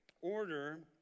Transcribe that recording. order